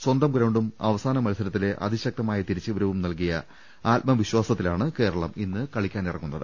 സ്വന്തം ഗ്രൌണ്ടും അവസാന മത്സരത്തിലെ അതിശക്തമായ തിരിച്ചുവരവും നൽകിയ ആത്മവിശ്വാസത്തിലാണ് കേരളം ഇന്ന് കളിക്കാനിറങ്ങുന്നത്